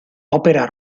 ópera